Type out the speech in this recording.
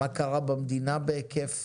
מה קרה במדינה בהיקף